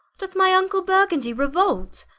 doth my vnckle burgundy reuolt?